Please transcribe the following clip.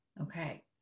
Okay